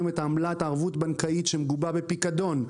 את עמלת ערבות בנקאית שמגובה בפיקדון.